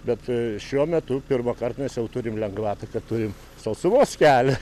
bet šiuo metu pirmąkart mes jau turim lengvatą kad turim sausumos kelią